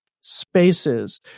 spaces